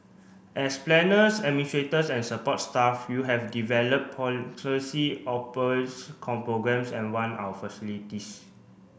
as planners administrators and support staff you have developed policy programmes and run our facilities